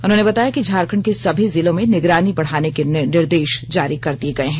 उन्होंने बताया कि झारखंड के सभी जिलों में निगरानी बढ़ाने के निर्देश जारी कर दिये गये हैं